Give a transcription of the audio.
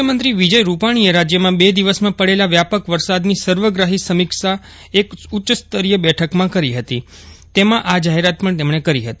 મુખ્યમંત્રી વિજય રૂપાક્ષીએ રાજ્યમાં બે દિવસમાં પડેલા વ્યાપક વરસાદની સર્વગ્રાહી સમીક્ષા એક ઉચ્ચસ્તરીય બેઠકમાં કરી હતી તેમાં આ જાહેરાત કરી હતી